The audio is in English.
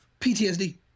PTSD